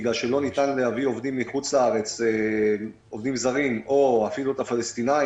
בגלל שלא ניתן להביא עובדים זרים מחוץ לארץ או אפילו פלסטינאים,